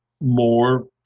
more